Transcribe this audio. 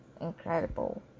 incredible